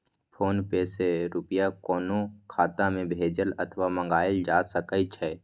PhonePe सं रुपया कोनो खाता मे भेजल अथवा मंगाएल जा सकै छै